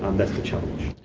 um, that's the challenge.